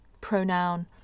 pronoun